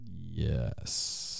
Yes